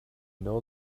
know